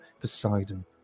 Poseidon